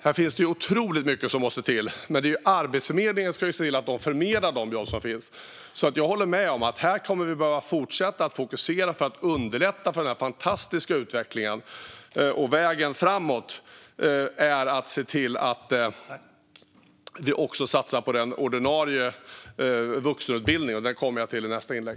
Här finns det otroligt mycket som måste till. Arbetsförmedlingen ska se till att man förmedlar de jobb som finns. Jag håller med om att vi kommer att behöva fortsätta att fokusera på att underlätta för den här fantastiska utvecklingen. Vägen framåt är att se till att det också satsas på den ordinarie vuxenutbildningen; detta kommer jag till i mitt nästa inlägg.